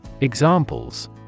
Examples